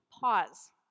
pause